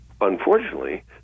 Unfortunately